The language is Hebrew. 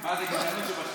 איתי, לא נעים לי.